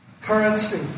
Currency